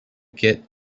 get